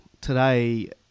today